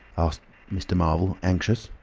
asked mr. marvel, anxious.